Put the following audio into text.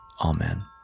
Amen